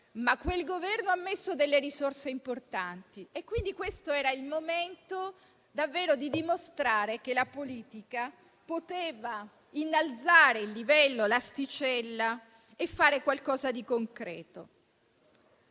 quel Governo ha stanziato risorse importanti, quindi questo era il momento di dimostrare davvero che la politica potrebbe innalzare il livello, l'asticella, e fare qualcosa di concreto.